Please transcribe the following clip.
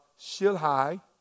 Shilhai